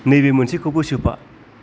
नैबे मोनसेखौबो सोफा